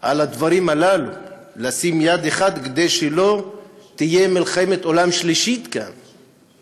על הדברים הללו לשים יד אחת כדי שלא תהיה מלחמת עולם שלישית כאן.